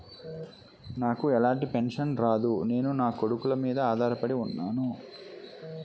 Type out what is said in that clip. నాకు ఎలాంటి పెన్షన్ రాదు నేను నాకొడుకుల మీద ఆధార్ పడి ఉన్నాను